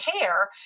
care